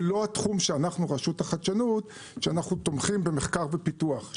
זה לא התחום שאנחנו רשות החדשנות שאנחנו תומכים במחקר ופיתוח.